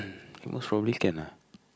most probably can ah